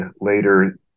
later